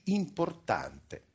importante